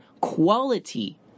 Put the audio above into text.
quality